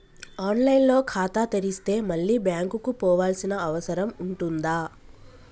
On line లో ఖాతా తెరిస్తే మళ్ళీ బ్యాంకుకు పోవాల్సిన అవసరం ఉంటుందా?